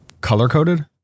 color-coded